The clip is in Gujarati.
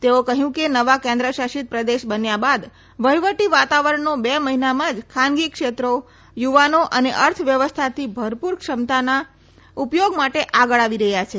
તેઓએ કહયું કે નવા કેન્દ્ર શાસિત પ્રદેશ બન્યા બાદ વહીવટી વાતાવરણનો બે મહિનામાં જ ખાનગી ક્ષેત્રો યુવાનો અને અર્થ વ્યવસથાની ભરપુર ક્ષમતાના ઉપયોગ માટે આગળ આવી રહ્યાં છે